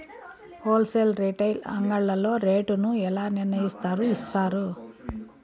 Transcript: Whole sale retail అంగడ్లలో rate ను ఎలా నిర్ణయిస్తారు యిస్తారు?